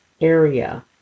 area